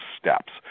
steps